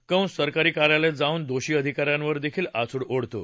कंस सरकारी कार्यालयात जाऊन दोषी अधिकाऱ्यांवर देखील आसूड ओढतो